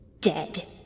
dead